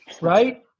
right